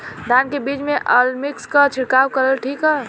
धान के बिज में अलमिक्स क छिड़काव करल ठीक ह?